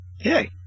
Hey